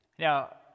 Now